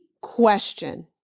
question